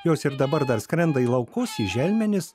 jos ir dabar dar skrenda į laukus į želmenis